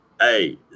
Hey